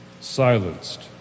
silenced